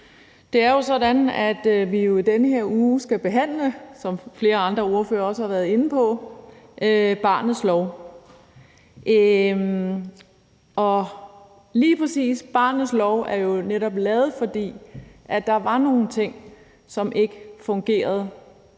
Det er jo sådan, at vi i den her uge skal behandle, som flere andre ordførere også har været inde på, barnets lov, og lige præcis barnets lov er jo netop lavet, fordi der var nogle ting, som ikke fungerede,